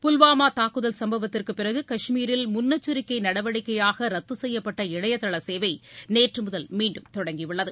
புல்வாமா தாக்குதல் சம்பவத்திற்கு பிறகு கஷ்மீரில் முன்னெச்சரிக்கை நடவடிக்கையாக ரத்து செய்யப்பட்ட இணையதள சேவை நேற்று முதல் மீண்டும் தொடங்கியுள்ளது